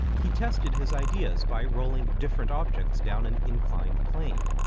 he tested his ideas by rolling different objects down an inclined plane,